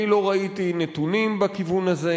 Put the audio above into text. אני לא ראיתי נתונים בכיוון הזה.